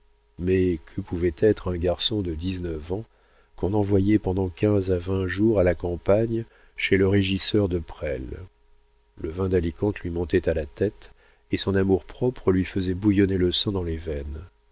mais que pouvait être un garçon de dix-neuf ans qu'on envoyait pendant quinze à vingt jours à la campagne chez le régisseur de presles le vin d'alicante lui montait à la tête et son amour-propre lui faisait bouillonner le sang dans les veines